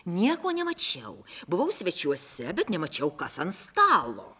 nieko nemačiau buvau svečiuose bet nemačiau kas ant stalo